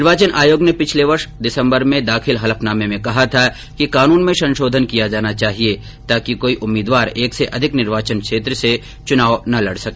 निर्वाचन आयोग ने पिछले वर्ष दिसम्बर में दाखिल हलफनामे में कहा था कि कानून में संशोधन किया जाना चाहिये ताकि कोई उम्मीदवार एक से अधिक निर्वाचन क्षेत्र से चुनाव न लड़ सके